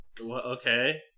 okay